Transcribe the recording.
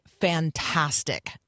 fantastic